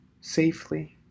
safely